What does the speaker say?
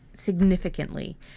Significantly